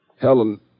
Helen